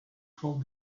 called